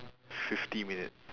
fifty minutes